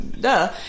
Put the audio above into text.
duh